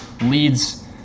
leads